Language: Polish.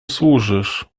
służysz